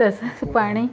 तसंच पाणी